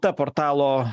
ta portalo